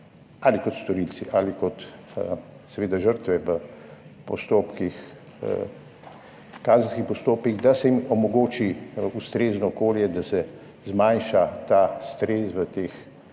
ali kot storilci ali kot žrtve v kazenskih postopkih, da se jim omogoči ustrezno okolje, da se zmanjša ta stres v teh